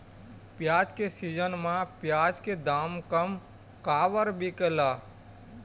प्याज के सीजन म प्याज के दाम कम काबर बिकेल?